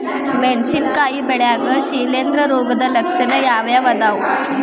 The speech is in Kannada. ಮೆಣಸಿನಕಾಯಿ ಬೆಳ್ಯಾಗ್ ಶಿಲೇಂಧ್ರ ರೋಗದ ಲಕ್ಷಣ ಯಾವ್ಯಾವ್ ಅದಾವ್?